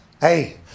hey